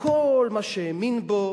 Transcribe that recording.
וכל מה שהאמין בו